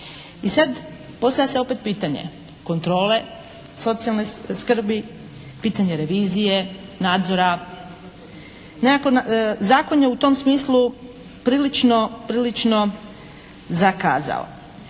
I sad postavlja se opet pitanje kontrole socijalne skrbi, pitanje revizije, nadzora? Zakon je u tom smislu prilično zakazao.